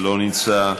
לא נמצא,